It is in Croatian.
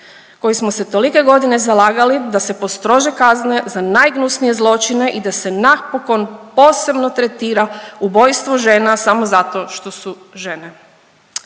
koji smo se tolike godine zalagali da se postrože kazne za najgnusnije zločine i da se napokon posebno tretira ubojstvo žena samo zato što su žene.